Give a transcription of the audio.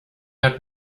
hat